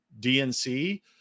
DNC